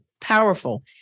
powerful